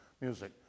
music